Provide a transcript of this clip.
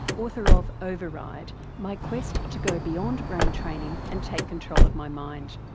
author of override my quest to go beyond brain training and take control of my mind.